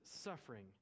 suffering